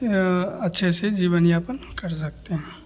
यहाँ अच्छे से जीवन यापन कर सकते हैं